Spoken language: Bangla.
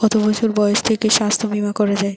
কত বছর বয়স থেকে স্বাস্থ্যবীমা করা য়ায়?